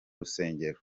rusengero